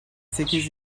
sekiz